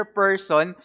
person